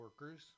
workers